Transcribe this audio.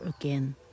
again